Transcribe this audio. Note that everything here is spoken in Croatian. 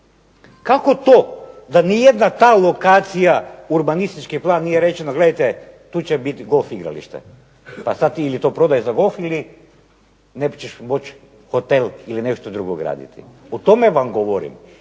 Kako to da ni jedna ta lokacija urbanističkim planom nije rečena gledajte tu će biti golf igralište pa sad ti ili to prodaj za golf ili nećeš moći hotel ili nešto drugo graditi? O tome vam govorim,